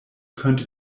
könnte